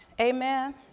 Amen